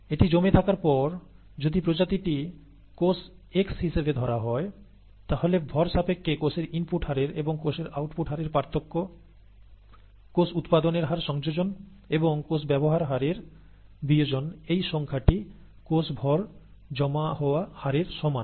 এটি জমে থাকার পর যদি প্রজাতিটি কোষ x হিসেবে ধরা হয় তাহলে ভর সাপেক্ষে কোষের ইনপুট হারের এবং কোষের আউটপুট হারের পার্থক্য কোষ উৎপাদনের হার সংযোজন এবং কোষ ব্যবহার হারের বিয়োজন এই সংখ্যাটি কোষ ভর জমা হওয়া হারের সমান